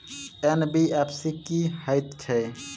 NBFC की हएत छै?